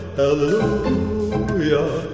hallelujah